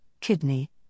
kidney